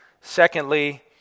Secondly